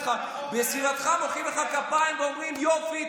בסביבתך מוחאים לך כפיים ואומרים: יופי,